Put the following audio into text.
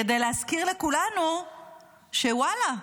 כדי להזכיר לכולנו שוואלה,